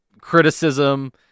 criticism